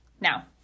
Now